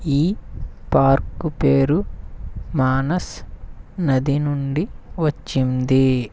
ఈ పార్కు పేరు మానస్ నది నుండి వచ్చింది